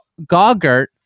gogert